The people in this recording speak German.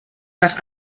nach